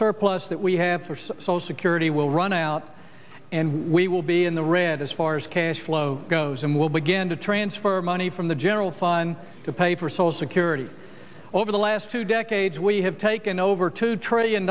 surplus that we have for so security will run out and we will be in the red as far as cash flow goes and will begin to transfer money from the general fund to pay for sole security over the last two decades we have taken over two trillion